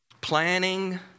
planning